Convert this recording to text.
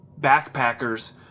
backpackers